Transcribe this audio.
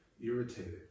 irritated